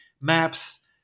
maps